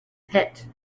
pit